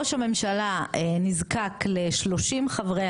ראש הממשלה נזקק ל- 30 חברי